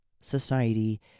Society